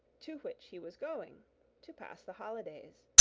to which he was going to pass the holidays,